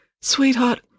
Sweetheart